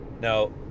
Now